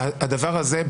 הדבר הזה,